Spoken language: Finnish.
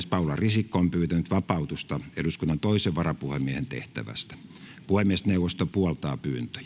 paula risikko on pyytänyt vapautusta eduskunnan toisen varapuhemiehen tehtävästä puhemiesneuvosto puoltaa